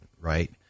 right